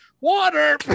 water